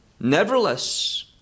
nevertheless